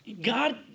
God